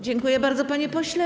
Dziękuję bardzo, panie pośle.